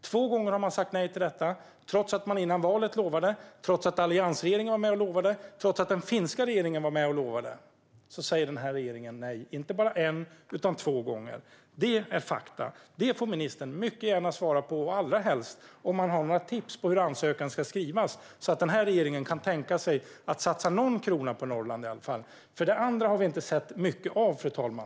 Två gånger har man sagt nej till detta. Trots att man före valet lovade, trots att alliansregeringen var med och lovade och trots att den finska regeringen var med och lovade säger den här regeringen nej inte bara en utan två gånger. Det är fakta. Det får ministern mycket gärna svara på. Allra helst får han svara på om han har några tips på hur ansökan ska skrivas så att den här regeringen kan tänka sig att satsa i alla fall någon krona på Norrland. Det andra har vi inte sett mycket av, fru talman.